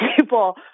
people